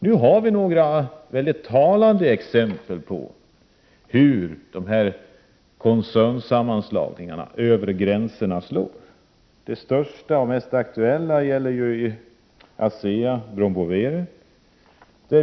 Nu har vi några talande exempel på hur koncernsammanslagningarna över gränserna slår. Den största och mest aktuella gäller Asea Brown Boveri.